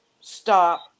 stop